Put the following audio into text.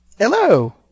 Hello